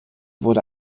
wurde